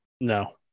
No